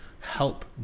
help